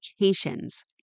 vacations